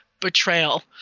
betrayal